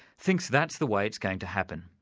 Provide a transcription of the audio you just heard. thinks that's the way it's going to happen,